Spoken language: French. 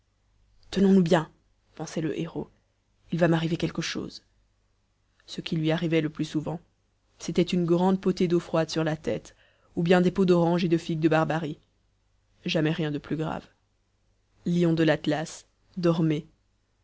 tenons-nous bien pensait le héros il va m'arriver quelque chose ce qui lui arrivait le plus souvent c'était une grande potée d'eau froide sur la tête ou bien des peaux d'oranges et de figues de barbarie jamais rien de plus grave lions de l'atlas dormez